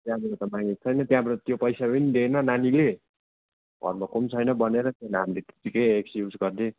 त्यहाँबाट त मागेको छैन त्यहाँबाट त्यो पैसा पनि दिएन नानीले घरमा कोही पनि छैन भनेर त्यसलाई हामीले त्यतिकै एक्सक्युज गर्दे